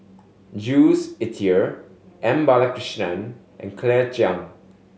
Jules Itier M Balakrishnan and Claire Chiang